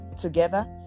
together